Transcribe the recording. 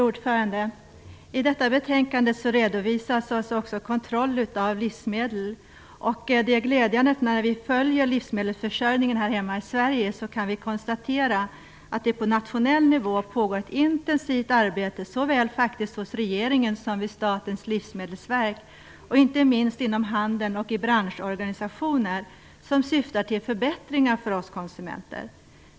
Fru talman! I detta betänkande redovisas också kontroll av livsmedel. Det är glädjande att vi, när vi följer livsmedelsförsörjningen här hemma i Sverige, kan konstatera att det på nationell nivå pågår ett intensivt arbete såväl hos regeringen som vid Statens livsmedelsverk och inte minst inom handeln och i branschorganisationer som syftar till förbättringar för oss konsumenter.